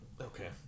Okay